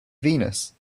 venus